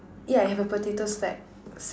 yeah I have a potato stack sack